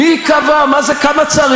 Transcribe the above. למה?